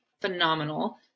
phenomenal